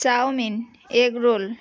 chowmein egg roll